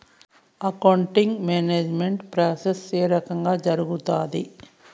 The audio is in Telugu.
అకౌంటింగ్ మేనేజ్మెంట్ ప్రాసెస్ ఏ రకంగా జరుగుతాది